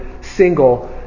single